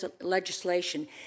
legislation